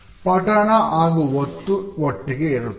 ಪಠಣ ಹಾಗು ಒತ್ತು ಒಟ್ಟಿಗೆ ಇರುತ್ತದೆ